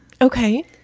okay